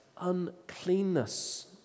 uncleanness